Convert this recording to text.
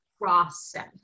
process